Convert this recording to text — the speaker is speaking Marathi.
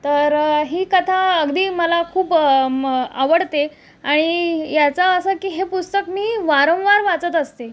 तर ही कथा अगदी मला खूप आवडते आणि याचं असं की हे पुस्तक मी वारंवार वाचत असते